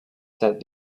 said